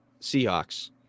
Seahawks